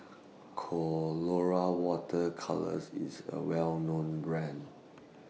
Colora Water Colours IS A Well known Brand